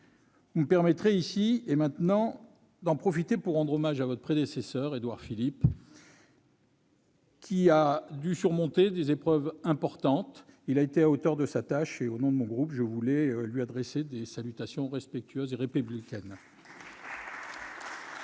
Vous me permettrez d'en profiter pour rendre hommage à votre prédécesseur, M. Édouard Philippe, qui a dû surmonter des épreuves importantes. Il a été à la hauteur de sa tâche et, au nom de mon groupe, je voulais lui adresser des salutations respectueuses et républicaines. La période